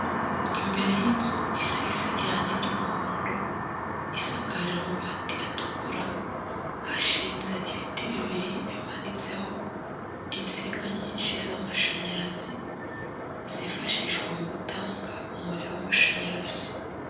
Imbere y'inzu isize irangi ry'umuhondo, isakaje amabati atukura, hashinze ibiti bibiri bimanitseho insinga nyinshi z'amashanyarazi zifashishwa mu gutanga umuriro w'amashanyarazi.